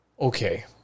Okay